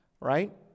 Right